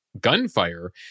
gunfire